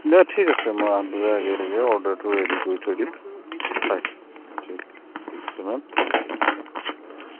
নাই ঠিক আছে মই আঠ বজাৰ আগে আগে অৰ্ডাৰটো ৰেডি কৰি থৈ দিম হয় ঠিক আছে ঠিক আছে মেম থেংক ইউ মেম